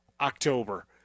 October